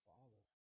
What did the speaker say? Father